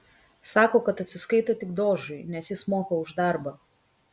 sako kad atsiskaito tik dožui nes jis moka už darbą